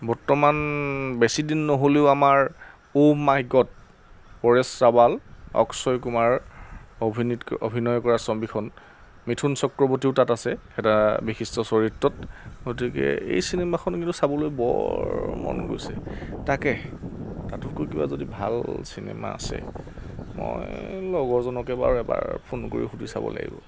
বৰ্তমান বেছিদিন নহ'লেও আমাৰ Oh My God Paresh Rawal Akshay Kumar অভিনীত অভিনয় কৰা ছবিখন মিথুন চক্ৰৱৰ্তীও তাত আছে এটা বিশিষ্ট চৰিত্ৰত গতিকে এই চিনেমাখন কিন্তু চাবলৈ বৰ মন গৈছে তাকে তাতোতকৈ কিবা যদি ভাল চিনেমা আছে মই লগৰজনকে বাৰু এবাৰ ফোন কৰি সুধি চাব লাগিব